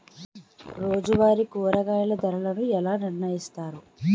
రోజువారి కూరగాయల ధరలను ఎలా నిర్ణయిస్తారు?